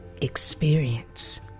experience